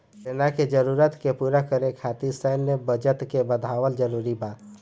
सेना के जरूरत के पूरा करे खातिर सैन्य बजट के बढ़ावल जरूरी बा